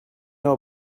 know